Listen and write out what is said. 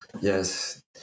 yes